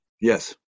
yes